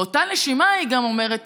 באותה נשימה היא גם אומרת,